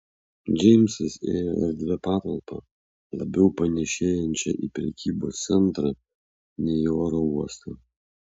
džeimsas ėjo erdvia patalpa labiau panėšėjančia į prekybos centrą nei į oro uostą